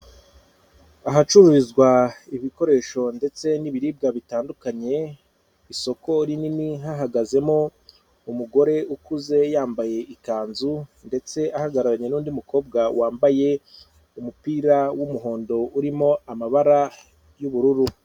Ahacururizwa ibikoresho ndetse n'ibiribwa bitandukanye, isoko rinini, hahagazemo umugore ukuze, yambaye ikanzu, ndetse ahagararanye n'undi mukobwa wambaye umupira w'umuhondo, urimo amabara y'ubururu.